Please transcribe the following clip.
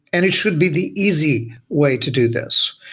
and it should be the easy way to do this.